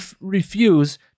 refuse